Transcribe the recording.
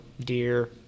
deer